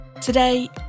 Today